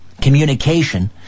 communication